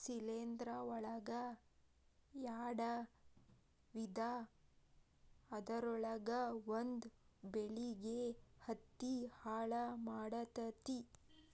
ಶಿಲೇಂಧ್ರ ಒಳಗ ಯಾಡ ವಿಧಾ ಅದರೊಳಗ ಒಂದ ಬೆಳಿಗೆ ಹತ್ತಿ ಹಾಳ ಮಾಡತತಿ